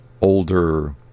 older